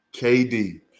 KD